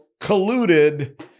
colluded